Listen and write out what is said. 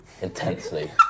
intensely